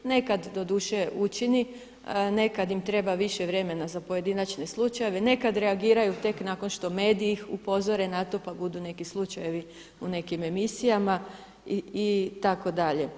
Nekad doduše učini, nekad im treba više vremena za pojedinačne slučajeve, nekad reagiraju tek nakon što ih mediji upozore na to pa budu neki slučajevi u nekim emisijama itd.